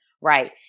Right